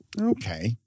Okay